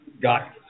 got